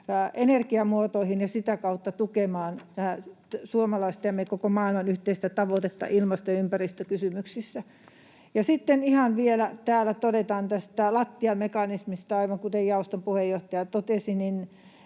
energiamuotoihin ja sitä kautta tukemaan suomalaisten ja koko maailman yhteistä tavoitetta ilmasto- ja ympäristökysymyksissä. Ja sitten vielä täällä todetaan tästä lattiahintamekanismista, aivan kuten jaoston puheenjohtaja totesi,